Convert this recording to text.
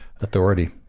Authority